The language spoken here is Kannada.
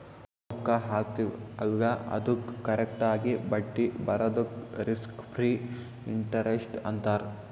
ನಾವ್ ರೊಕ್ಕಾ ಹಾಕ್ತಿವ್ ಅಲ್ಲಾ ಅದ್ದುಕ್ ಕರೆಕ್ಟ್ ಆಗಿ ಬಡ್ಡಿ ಬರದುಕ್ ರಿಸ್ಕ್ ಫ್ರೀ ಇಂಟರೆಸ್ಟ್ ಅಂತಾರ್